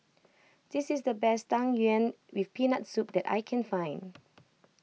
this is the best Tang Yuen with Peanut Soup that I can find